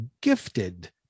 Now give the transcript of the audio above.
gifted